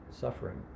suffering